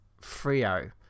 Frio